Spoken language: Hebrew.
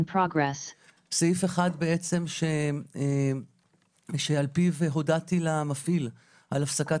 סעיף אחד בעצם שעל פיו הודעתי למפעיל על הפסקת